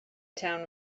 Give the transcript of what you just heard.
town